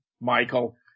Michael